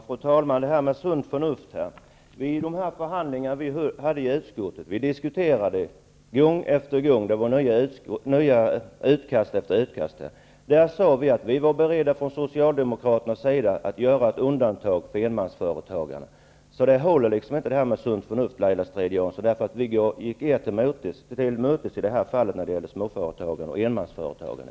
Fru talman! Det här med sunt förnuft stämmer inte. Vid förhandlingarna i utskottet diskuterade vi utkast efter utkast. Vi sade från Socialdemokraternas sida att vi var beredda att göra ett undantag för enmansföretagarna. Resonemanget om sunt förnuft håller inte, Laila Strid-Jansson. Vi gick er till mötes när det gäller småföretagare och enmansföretagare.